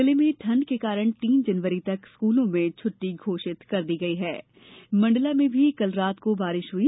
जिले में ठंड के कारण तीन जनवरी तक स्कूलों में छुट्टी घोषित कर दी गई है मंडला में भी कल रात को बारिश हुई